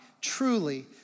truly